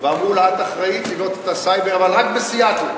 ואמרו לה: את אחראית לבנות את הסייבר אבל רק בסיאטל.